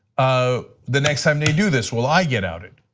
ah the next time they do this. will i get outed?